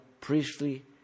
priestly